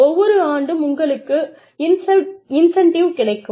ஒவ்வொரு ஆண்டும் உங்களுக்கு இன்செண்டிவ் கிடைக்கும்